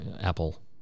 Apple